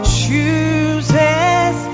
chooses